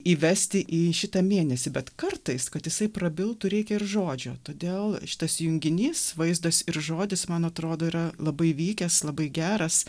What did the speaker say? įvesti į šitą mėnesį bet kartais kad jisai prabiltų reikia ir žodžio todėl šitas junginys vaizdas ir žodis man atrodo yra labai vykęs labai geras